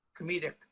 comedic